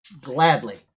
gladly